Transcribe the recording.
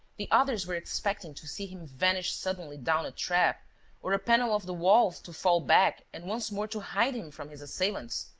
the others were expecting to see him vanish suddenly down a trap or a panel of the wall to fall back and once more to hide him from his assailants.